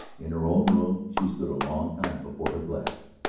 in her own room she stood a long time before her glass,